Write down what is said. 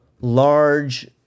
large